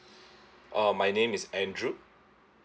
uh my name is andrew